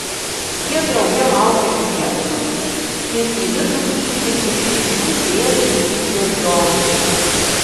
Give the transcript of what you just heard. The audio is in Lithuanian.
jie drauge laukia klientų ir į vidų įžengia šešių pėdų ūgio žiogas